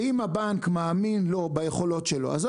ואם הבנק מאמין לו ביכולות שלו אז הוא